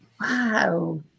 Wow